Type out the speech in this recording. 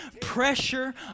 pressure